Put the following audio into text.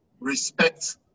respect